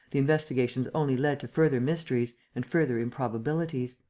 the investigations only led to further mysteries and further improbabilities.